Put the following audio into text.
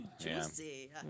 Juicy